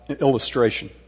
illustration